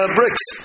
bricks